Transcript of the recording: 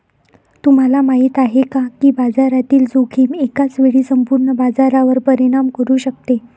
तुम्हाला माहिती आहे का की बाजारातील जोखीम एकाच वेळी संपूर्ण बाजारावर परिणाम करू शकते?